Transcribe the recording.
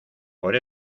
por